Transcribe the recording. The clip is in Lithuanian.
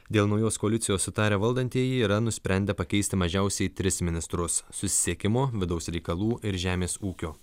dėl naujos koalicijos sutarę valdantieji yra nusprendę pakeisti mažiausiai tris ministrus susisiekimo vidaus reikalų ir žemės ūkio